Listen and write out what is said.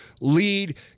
lead